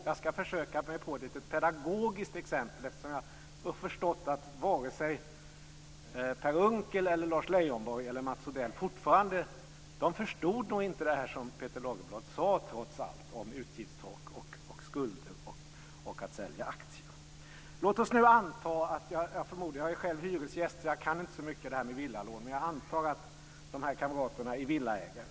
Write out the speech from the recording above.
Jag ska försöka mig på ett litet pedagogiskt exempel, eftersom jag har förstått att vare sig Per Unckel, Lars Leijonborg eller Mats Odell nog inte förstod det som Peter Lagerblad sade om utgiftstak, skulder och att sälja aktier. Jag är själv hyresgäst, så jag kan inte så mycket om det här med villalån. Men jag antar att de här kamraterna är villaägare.